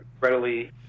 readily